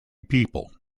people